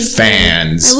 fans